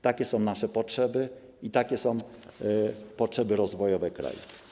Takie są nasze potrzeby i takie są potrzeby rozwojowe kraju.